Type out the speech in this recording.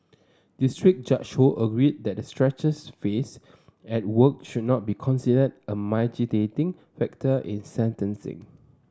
district Judge Ho agreed that the stresses faced at work should not be considered a mitigating factor in sentencing